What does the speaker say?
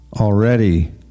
already